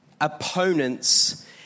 opponents